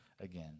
again